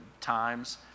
times